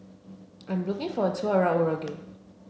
I'm looking for a tour around Uruguay